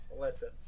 Listen